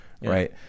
right